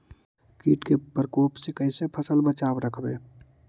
कीट के परकोप से कैसे फसल बचाब रखबय?